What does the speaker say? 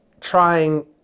trying